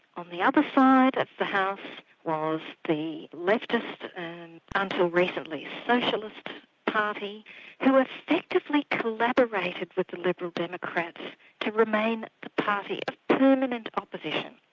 on the other side at the house was the leftist and until recently socialist party who effectively collaborated with the liberal democrats to remain the party of permanent opposition.